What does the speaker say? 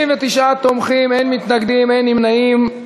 39 תומכים, אין מתנגדים, אין נמנעים.